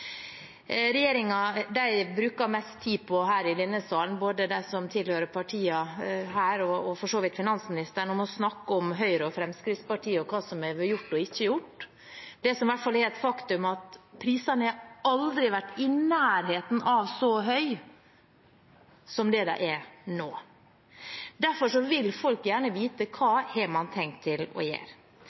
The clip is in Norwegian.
bruker mest tid på – og også de som tilhører regjeringspartiene, og for så vidt finansministeren – er å snakke om Høyre og Fremskrittspartiet og hva som har vært gjort og ikke gjort. Det som i hvert fall er et faktum, er at prisene aldri har vært i nærheten av å være så høye som det de er nå. Derfor vil folk gjerne vite: Hva har man tenkt å gjøre?